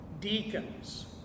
deacons